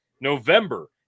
November